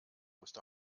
musste